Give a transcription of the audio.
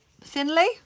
thinly